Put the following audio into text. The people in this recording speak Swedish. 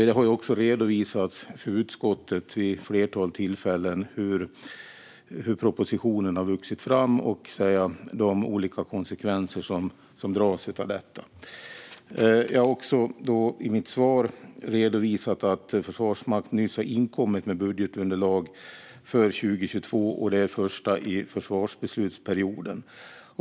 Det har vid ett flertal tillfällen redovisats för utskottet hur propositionen har vuxit fram och de olika konsekvenserna av denna. Jag har också i mitt svar redovisat att Försvarsmakten nyss har inkommit med ett budgetunderlag för 2022, och det är det första för försvarsbeslutsperioden.